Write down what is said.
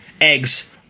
eggs